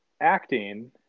acting